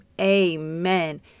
Amen